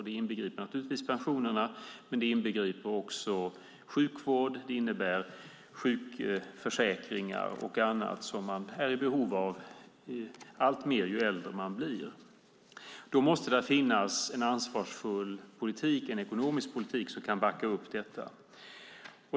Det inbegriper givetvis pensionerna, men också sjukvård, sjukförsäkringar och annat som man alltmer är i behov av ju äldre man blir. Då måste det finnas en ansvarsfull politik, en ekonomisk politik som kan backa upp det hela.